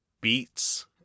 beats